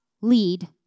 lead